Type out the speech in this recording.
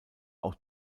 auch